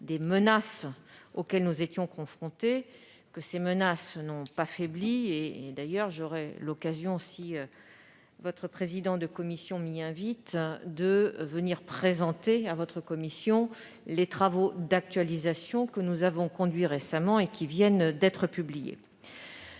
des menaces auxquelles nous étions confrontés. Celles-ci n'ont pas faibli. J'aurai l'occasion, si le président de votre commission m'y invite, de venir présenter devant vous les travaux d'actualisation que nous avons conduits récemment et qui viennent d'être publiés.